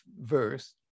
verse